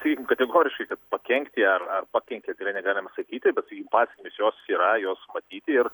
sakykim kategoriškai kad pakenkti ar ar pakenkė negalima sakyti bet pasekmės jos yra jos matyti ir